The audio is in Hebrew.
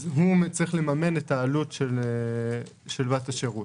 צריך לממן את העלות של בת השירות.